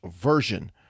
version